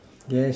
yes